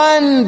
One